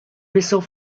missile